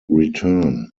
return